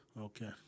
Okay